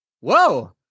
whoa